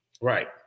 right